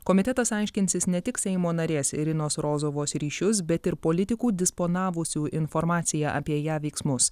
komitetas aiškinsis ne tik seimo narės irinos rozovos ryšius bet ir politikų disponavusių informacija apie ją veiksmus